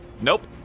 Nope